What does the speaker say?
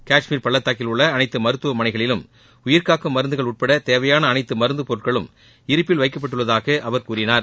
காஷ்மீர் பள்ளத்தாக்கில் உள்ள அனைத்து மருத்துவமனைகளிலும் உயிர்காக்கும் மருந்துகள் உட்பட தேவையான அனைத்து மருந்துப் பொருட்களும் இருப்பில் வைக்கப்பட்டுள்ளதாக அவர் கூறினார்